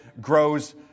grows